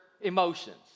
emotions